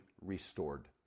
restored